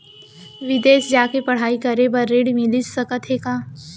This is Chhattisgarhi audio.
बिदेस जाके पढ़ई करे बर ऋण मिलिस सकत हे का?